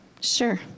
Sure